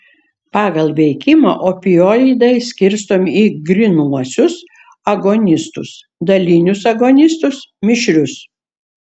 pagal veikimą opioidai skirstomi į grynuosius agonistus dalinius agonistus mišrius